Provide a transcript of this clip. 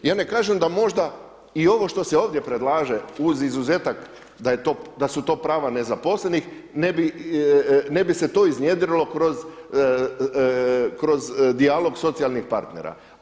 Ja ne kažem da možda i ovo što se ovdje predlaže uz izuzetak da su to prava nezaposlenih ne bi se to iznjedrilo kroz dijalog socijalnih partnera.